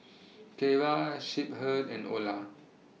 Keira Shepherd and Ola